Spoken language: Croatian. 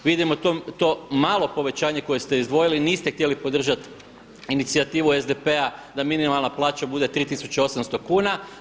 Vidimo to malo povećanje koje ste izdvojili niste htjeli podržati inicijativu SDP-a da minimalna plaća bude 3800 kuna.